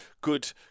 Good